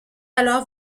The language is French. alors